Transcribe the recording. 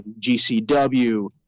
gcw